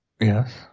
yes